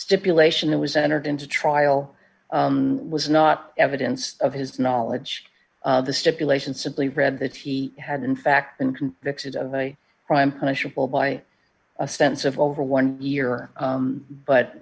stipulation that was entered into trial was not evidence of his knowledge the stipulation simply read that he had in fact been convicted of a crime punishable by a sense of over one year